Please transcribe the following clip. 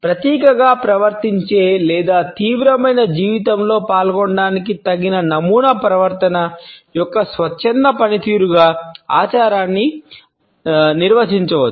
ప్రతీకగా ప్రవర్తించే లేదా తీవ్రమైన జీవితంలో పాల్గొనడానికి తగిన నమూనా ప్రవర్తన యొక్క స్వచ్ఛంద పనితీరుగా ఆచారాన్ని నిర్వచించవచ్చు